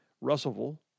Russellville